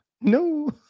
No